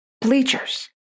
Bleachers